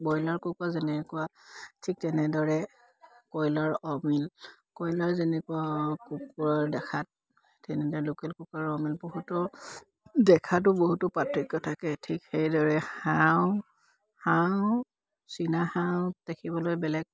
broiler কুকুৰা যেনেকুৱা ঠিক তেনেদৰে কয়লাৰ অমিল কয়লাৰ যেনেকুৱা কুকুৰা দেখাত তেনেদৰে লোকেল কুকুৰাও অমিল বহুতো দেখাতো বহুতো পাৰ্থক্য থাকে ঠিক সেইদৰে হাঁহো হাঁহো চীনাহাঁহো দেখিবলৈ বেলেগ